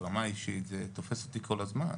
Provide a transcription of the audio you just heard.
ברמה האישית זה תופס אותי כל הזמן,